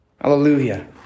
Hallelujah